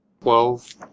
Twelve